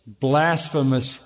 blasphemous